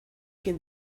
quien